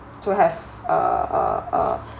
to have uh uh